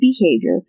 behavior